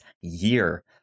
year